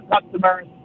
customers